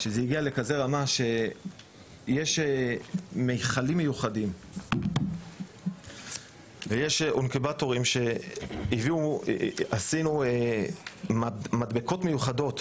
יש מכלים מיוחדים ויש אינקובטורים ועשינו להם מדבקות מיוחדות,